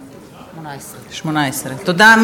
תודה.